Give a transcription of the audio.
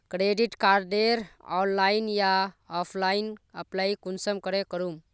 Credit कार्डेर online या offline apply कुंसम करे करूम?